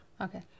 Okay